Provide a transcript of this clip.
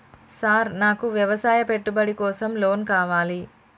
Sir నాకు వ్యవసాయ పెట్టుబడి కోసం లోన్ కావాలి?